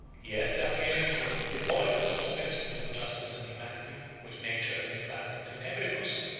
yet the hungarians were not devoid of those principles of justice and humanity, which nature has implanted in every bosom.